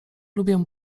lubię